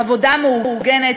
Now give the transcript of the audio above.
עבודה מאורגנת,